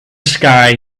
sky